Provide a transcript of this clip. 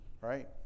right